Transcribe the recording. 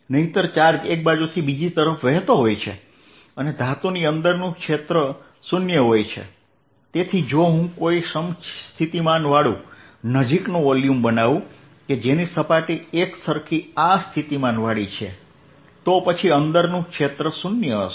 નહિંતર ચાર્જ એક બાજુથી બીજી તરફ વહેતો હોય છે અને ધાતુની અંદરનું ક્ષેત્ર 0 હોય છે તેથી જો હું કોઈ સમસ્થિતિમાનવાળું નજીકનું વોલ્યુમ બનાવું જેની સપાટી એકસરખી આ સ્થિતિમાનવાળી છે તો પછી અંદરનું ક્ષેત્ર 0 હશે